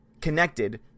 connected